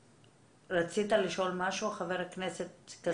רצית לשאול משהו, חבר הכנסת כסיף?